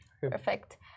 Perfect